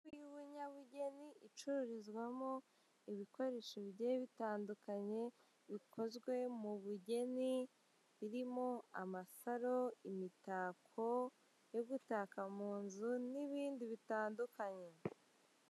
.... y'ubunyabugeni, icururizwamo ibikoresho bigiye bitandukanye bikozwe mu bugeni, irimo amasaro, imitako yo gutaka mu nzu n'ibindi bitandukanye.